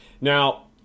Now